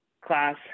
class